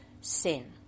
sin